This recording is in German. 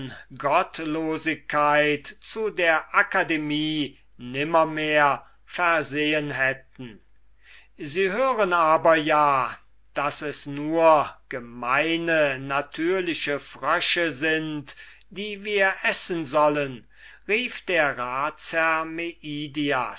gottlosigkeit zu der akademie nimmermehr versehen hätten sie hören aber ja daß es nur gemeine natürliche frösche sind die wir essen sollen rief der ratsherr